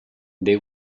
they